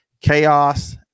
chaos